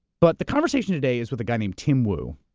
but the conversation today is with a guy named tim wu.